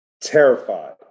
Terrified